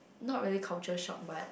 not really culture shock but